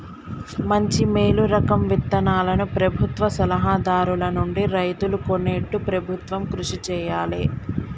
మంచి మేలు రకం విత్తనాలను ప్రభుత్వ సలహా దారుల నుండి రైతులు కొనేట్టు ప్రభుత్వం కృషి చేయాలే